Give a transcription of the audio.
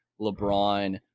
LeBron